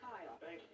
Kyle